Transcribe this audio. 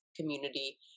community